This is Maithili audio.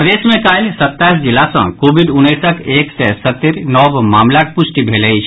प्रदेश मे काल्हि सत्ताईस जिला सँ कोविड उन्नैसक एक सय सत्तर नव मामिलाक पुष्टि भेल अछि